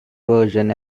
version